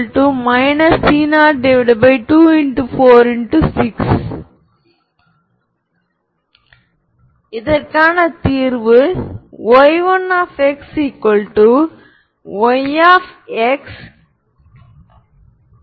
L என்பது Hermitian என்றால் dot ப்ராடக்ட்Lf gf Lg அனைத்து fx gx உண்மைதான்